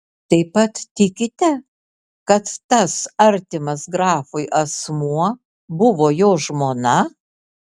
taip pat tikite kad tas artimas grafui asmuo buvo jo žmona